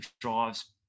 drives